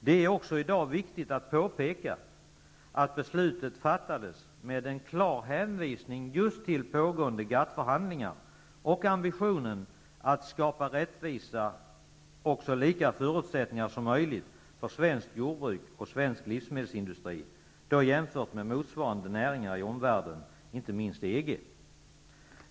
Det är i dag också viktigt att påpeka att beslutet fattades med en klar hänvisning just till pågående GATT-förhandlingar och ambitionen att skapa rättvisa och så lika förutsättningar som möjligt för svenskt jordbruk och svensk livsmedelsindustri jämfört med motsvarande näringar i omvärlden och inte minst i EG.